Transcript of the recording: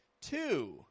two